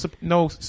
no